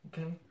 Okay